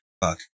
Fuck